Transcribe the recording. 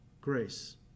grace